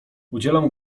udzielam